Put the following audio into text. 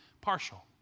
partial